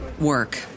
work